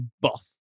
buff